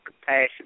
compassion